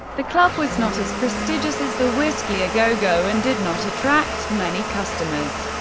the club was not as prestigious as the whisky a go go and did not attract many customers.